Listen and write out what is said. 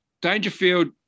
Dangerfield